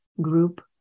Group